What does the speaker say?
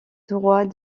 droit